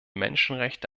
menschenrechte